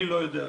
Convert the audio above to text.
אני לא יודע.